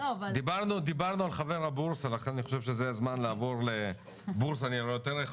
דיברנו על חבר הבורסה לכן אני חושב שזה הזמן לעבור לבורסה לניירות ערך,